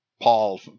Paul